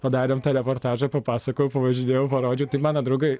padarėm tą reportažą papasakojau pavažinėjau parodžiau tai mano draugai